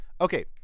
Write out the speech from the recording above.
Okay